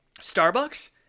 Starbucks